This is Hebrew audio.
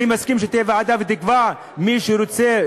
אני מסכים שתהיה ועדה והיא תקבע מה שהיא רוצה,